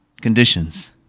conditions